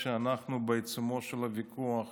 כשאנחנו בעיצומו של הוויכוח